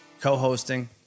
co-hosting